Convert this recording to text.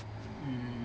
mm